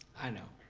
i know,